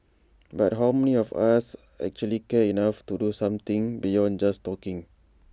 but how many of us actually care enough to do something beyond just talking